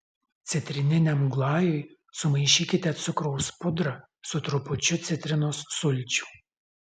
citrininiam glajui sumaišykite cukraus pudrą su trupučiu citrinos sulčių